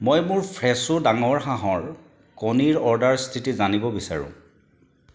মই মোৰ ফ্ৰেছো ডাঙৰ হাঁহৰ কণীৰ অৰ্ডাৰ স্থিতি জানিব বিচাৰোঁ